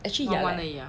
actually